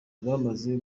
bamaze